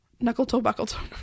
Knuckle-toe-buckle-toe